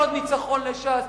לא עוד ניצחון לש"ס,